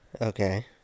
Okay